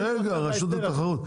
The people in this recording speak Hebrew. רשות התחרות.